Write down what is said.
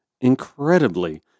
incredibly